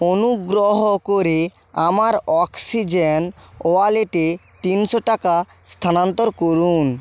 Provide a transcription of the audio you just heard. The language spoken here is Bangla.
অনুগ্রহ করে আমার অক্সিজেন ওয়ালেটে তিনশো টাকা স্থানান্তর করুন